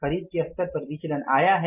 खरीद के स्तर पर विचलन आया है